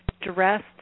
dressed